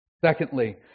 Secondly